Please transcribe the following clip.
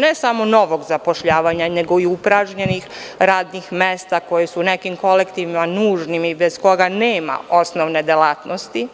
Ne samo novog zapošljavanja, nego i upražnjenih radnih mesta koja su negde u nekim kolektivima nužna i bez kojih nema osnovnih delatnosti,